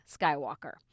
Skywalker